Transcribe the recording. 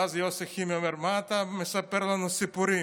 ואז יוסי חימי אומר: מה אתה מספר לנו סיפורים?